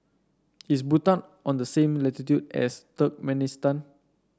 is Bhutan on the same latitude as Turkmenistan